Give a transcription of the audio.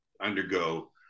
undergo